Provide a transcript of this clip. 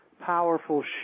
powerful